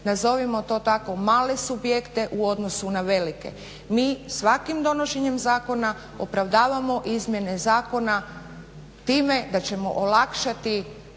nazovimo to tako male subjekte u odnosu na velike. Mi svakim donošenjem zakona opravdavamo izmjene zakona time da ćemo olakšati